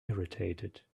irritated